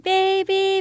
Baby